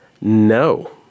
No